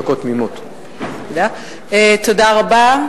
תודה רבה,